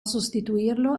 sostituirlo